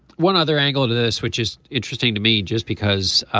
one other angle to this which is interesting to me just because